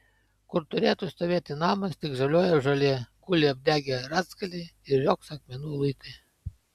kur turėtų stovėti namas tik žaliuoja žolė guli apdegę rąstgaliai ir riogso akmenų luitai